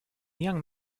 young